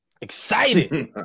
Excited